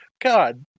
God